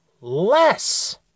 less